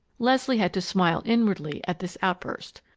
leslie had to smile inwardly at this outburst.